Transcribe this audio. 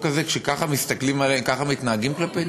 כזה כשככה מסתכלים עלינו וככה מתנהגים כלפינו?